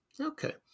Okay